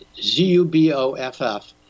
Z-U-B-O-F-F